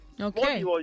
okay